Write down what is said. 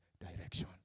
direction